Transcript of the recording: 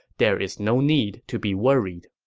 there is no need to be worried.